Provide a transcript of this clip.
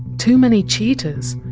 too many cheetahs!